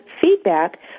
feedback